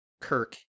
Kirk